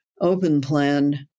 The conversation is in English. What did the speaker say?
open-plan